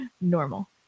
normal